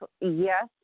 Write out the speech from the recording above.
yes